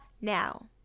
now